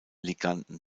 liganden